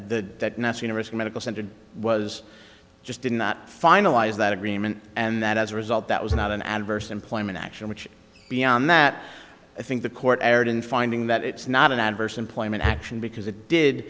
that next university medical center was just did not finalize that agreement and that as a result that was not an adverse employment action which beyond that i think the court erred in finding that it's not an adverse employment action because it did